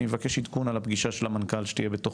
אני אבקש עדכון על הפגישה של המנכ"ל שתהיה בתוך